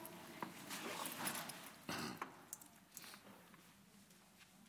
לרשותך חמש דקות,